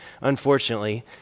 unfortunately